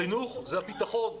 החינוך הוא הביטחון.